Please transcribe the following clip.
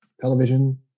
television